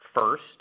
First